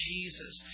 Jesus